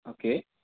okay